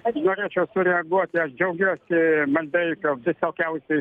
aš norėčiau sureaguoti aš džiaugiuosi maldeikio visokiausias